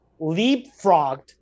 leapfrogged